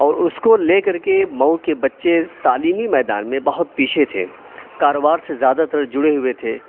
اور اُس کو لے کر کے مئو کے بچے تعلیمی میدان میں بہت پیچھے تھے کاروبار سے زیادہ تر جڑے ہوئے تھے